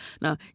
Now